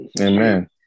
Amen